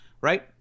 right